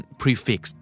prefix